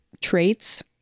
traits